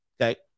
okay